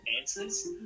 answers